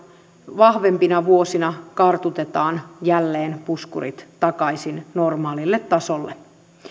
vahvempina vuosina kartutetaan jälleen puskurit takaisin normaalille tasolle